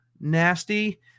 nasty